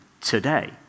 today